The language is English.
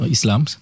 Islam